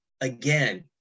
again